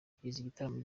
igitaramo